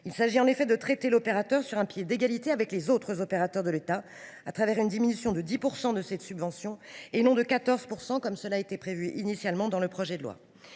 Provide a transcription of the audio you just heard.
Il s’agit en effet de traiter cet opérateur sur un pied d’égalité avec les autres opérateurs de l’État au travers d’une diminution de 10 % de cette subvention, et non de 14 % comme le prévoyait initialement le projet de loi.